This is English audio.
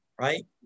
right